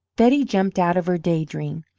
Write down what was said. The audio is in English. betty jumped out of her day-dream.